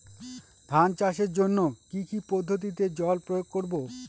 ধান চাষের জন্যে কি কী পদ্ধতিতে জল প্রয়োগ করব?